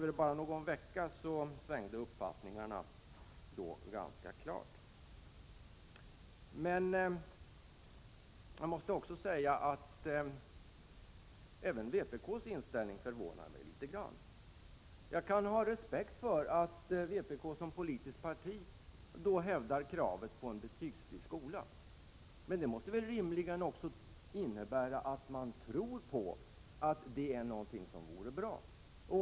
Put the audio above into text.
På bara någon vecka svängde uppfattningarna ganska klart. Men även vpk:s inställning förvånade mig litet grand. Jag kan ha respekt för att vpk som politiskt parti hävdar kravet på en betygsfri skola, men det måste rimligen också innebära att man tror att det är någonting som vore bra.